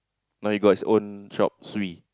but he got his own shop three